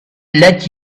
let